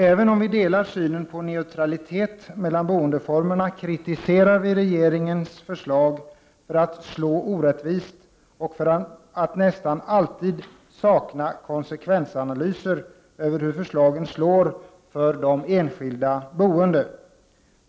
Även om vi delar synen på neutralitet mellan boendeformerna, kritiserar vi regeringens förslag för att slå orättvist och för att nästan alltid sakna konsekvensanalyser över hur förslagen slår för de enskilda boende.